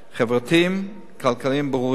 חברתיים וכלכליים ברורים.